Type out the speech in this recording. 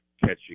catching